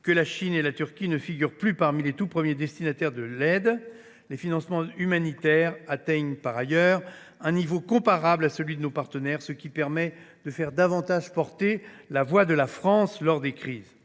que la Chine et la Turquie ne figurent plus parmi les tout premiers destinataires de l’aide. Ensuite, les financements humanitaires atteignent un niveau comparable à celui de nos partenaires, ce qui permet de faire davantage porter la voix de la France lors des crises.